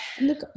Look